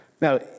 Now